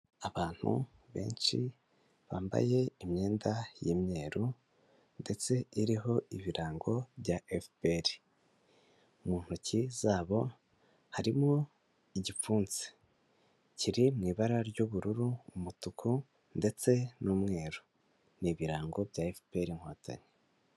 Abantu benshi, bambaye imyenda y'imyeru ndetse iriho ibirango bya FPR, mu ntoki zabo harimo igipfunsi, kiri mu ibara ry'ubururu, umutuku ndetse n'umweru, ni ibirango bya FPR inkotanyi.